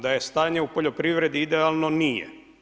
Da je stanje u poljoprivredi idealno, nije.